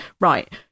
right